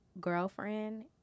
girlfriend